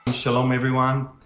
shalom everyone.